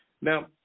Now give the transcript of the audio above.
Now